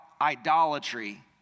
idolatry